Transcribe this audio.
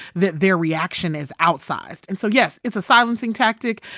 that their reaction is outsized. and so, yes, it's a silencing tactic.